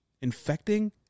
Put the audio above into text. Infecting